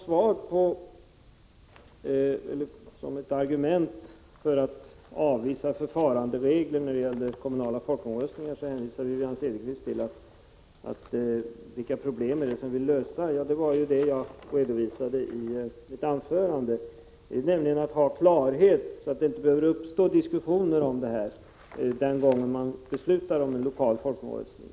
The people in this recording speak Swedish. Som ett argument för att avvisa förfaranderegler avseende kommunala folkomröstningar ställde Wivi-Anne Cederqvist frågan vilka problem det är som vi vill lösa. — Det var ju det jag redovisade i mitt huvudanförande, nämligen att vi vill ha klarhet, så att det inte behöver uppstå diskussioner vid det tillfälle då man beslutar om en lokal folkomröstning.